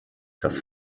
das